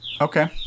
Okay